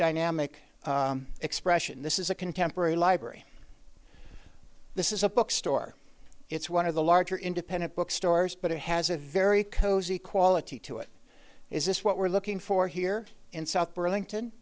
dynamic expression this is a contemporary library this is a book store it's one of the larger independent bookstores but it has a very cozy quality to it is this what we're looking for here in south burlington